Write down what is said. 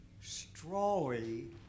strawy